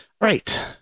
Right